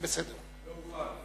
לא אוכל.